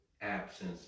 absence